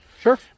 Sure